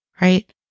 right